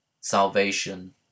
salvation